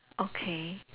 okay